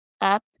up